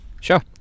Sure